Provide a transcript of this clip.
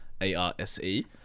A-R-S-E